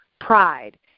pride